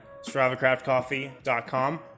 StravaCraftCoffee.com